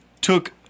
took